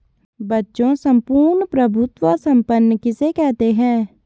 बच्चों सम्पूर्ण प्रभुत्व संपन्न किसे कहते हैं?